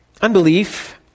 Unbelief